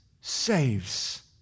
saves